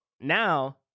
now